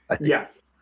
Yes